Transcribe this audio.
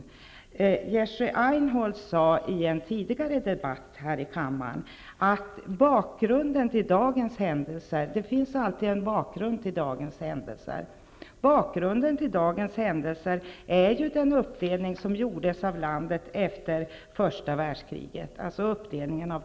Jerzy Einhorn sade i en tidigare debatt här i kammaren att det alltid finns en bakgrund till dagens händelser. Bakgrunden till dagens händelser är ju den uppdelning av Kurdistan som gjordes efter första världskriget.